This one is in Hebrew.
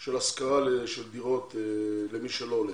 של השכרת דירות למי שאינו עולה.